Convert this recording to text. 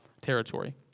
territory